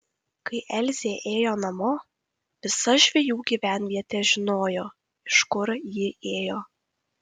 kai elzė ėjo namo visa žvejų gyvenvietė žinojo iš kur ji ėjo